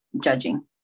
judging